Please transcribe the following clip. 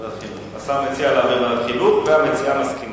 השר הציע להעביר לוועדת חינוך, ואת מסכימה,